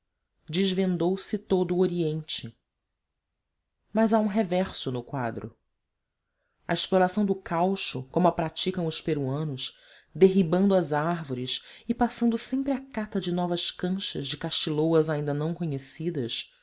reveses desvendou se todo o oriente mas há um reverso no quadro a exploração do caucho como a praticam os peruanos derribando as árvores e passando sempre à cata de novas manchas de castilloas ainda não conhecidas